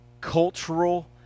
cultural